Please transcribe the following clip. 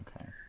Okay